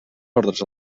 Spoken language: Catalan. ordres